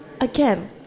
again